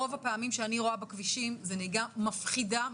רוב הפעמים אני רואה בכבישים נהיגה מפחידה,